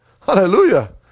hallelujah